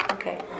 Okay